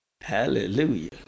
Hallelujah